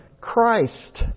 Christ